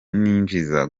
ninjiza